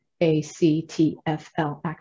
A-C-T-F-L